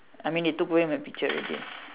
I mean they took away my picture already